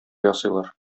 ясыйлар